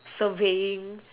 surveying